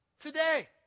today